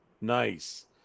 Nice